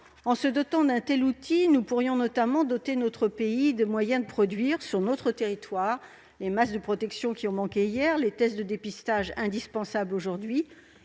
notre pays d'un tel outil, nous pourrions nous donner les moyens de produire sur notre territoire les masques de protection qui ont manqué hier, les tests de dépistage indispensables aujourd'hui